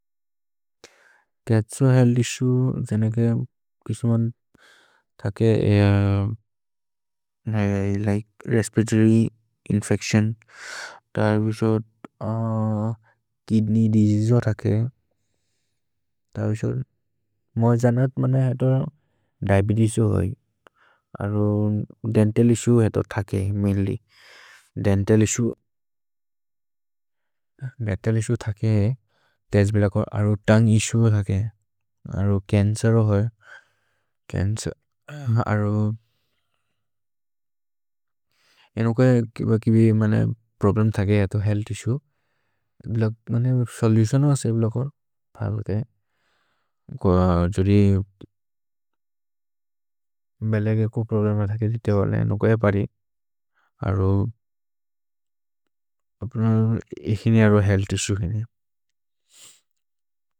केत्सो हेल् दिसु जेनेगे कुस्मन् थके रेस्पिरतोर्य् इन्फेच्तिओन् त अबिसोद् किद्नेय् दिसेअसे हो थके, त अबिसोद् मोज् जनत् मने हेतो दिअबेतेस् हो होइ अरु देन्तल् इस्सुए हेतो थके मैन्ल्य्। देन्तल् इस्सुए थके तेज् बिलकर् अरु तोन्गुए इस्सुए हो थके, अरु चन्चेर् हो होइ, अरु ए नुकय किब किबि मने प्रोब्लेम् थके हेतो हेअल्थ् इस्सुए, मने सोलुतिओन् हो असे बिलकर् फल्के, जोदि बेलेगे को प्रोब्लेम थके दिते होले नुकय परि। अरु एकिने अरु हेअल्थ् इस्सुए हिने।